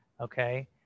Okay